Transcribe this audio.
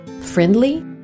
friendly